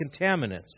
contaminants